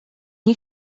nie